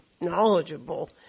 knowledgeable